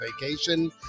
vacation